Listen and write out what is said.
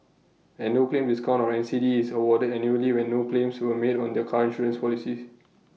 A no claim discount or N C D is awarded annually when no claims were made on the car insurance policy